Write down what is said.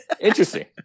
Interesting